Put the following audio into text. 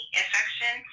infection